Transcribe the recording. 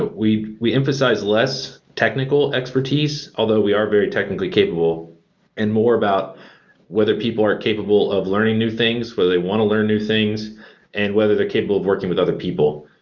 we we emphasize less technical expertise, although we are very technically capable and more about whether people are capable of learning new things, whether they want to learn new things and whether they're capable of working with other people,